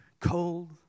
cold